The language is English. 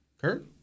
Kurt